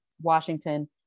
Washington